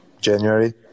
January